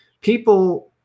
people